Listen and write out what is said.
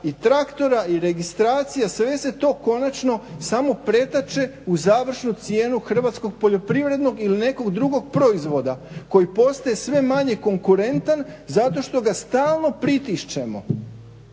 i traktora i registracija sve se to konačno samo pretače u završnu cijenu hrvatskog poljoprivrednog ili nekog drugog proizvoda koji postaje sve manje konkurentan zato što ga stalno pritišćemo.